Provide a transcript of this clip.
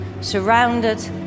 surrounded